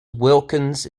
wilkins